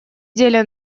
деле